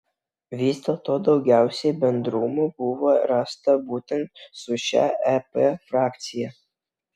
vis dėlto daugiausiai bendrumų buvo rasta būtent su šia ep frakcija